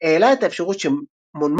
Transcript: העלה את האפשרות שמונמות'